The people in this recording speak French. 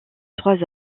trois